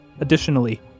Additionally